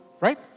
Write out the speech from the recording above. right